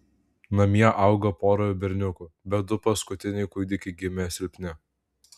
namie auga pora berniukų bet du paskutiniai kūdikiai gimė silpni